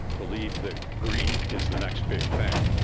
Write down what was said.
believed that green is the next big thing,